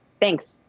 Thanks